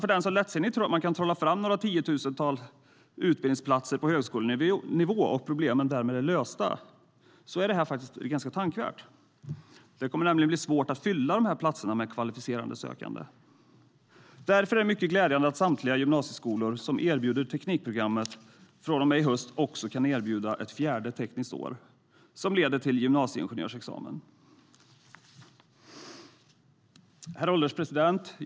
För den som lättsinnigt tror att man kan trolla fram några tiotusen utbildningsplatser på högskolenivå och problemet därmed är löst är detta tänkvärt. Därför är det mycket glädjande att samtliga gymnasieskolor som erbjuder teknikprogrammet från och med i höst också kan erbjuda ett fjärde tekniskt år som leder till gymnasieingenjörsexamen. Herr ålderspresident!